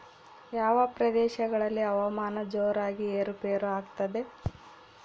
ಯಾವ ಪ್ರದೇಶಗಳಲ್ಲಿ ಹವಾಮಾನ ಜೋರಾಗಿ ಏರು ಪೇರು ಆಗ್ತದೆ?